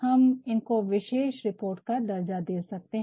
हम इनको विशेष रिपोर्ट का दर्ज़ा दे सकते है